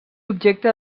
objecte